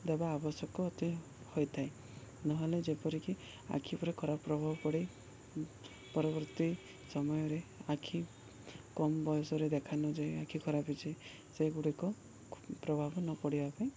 ଦେବା ଆବଶ୍ୟକ ଅତି ହୋଇଥାଏ ନହେଲେ ଯେପରିକି ଆଖି ଉପରେ ଖରାପ ପ୍ରଭାବ ପଡ଼େ ପରବର୍ତ୍ତୀ ସମୟରେ ଆଖି କମ୍ ବୟସରେ ଦେଖା ନଯାଇ ଆଖି ଖରାପ ହେଇଛି ସେଗୁଡ଼ିକ ପ୍ରଭାବ ନ ପଡ଼ିବା ପାଇଁ